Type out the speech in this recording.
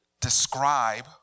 describe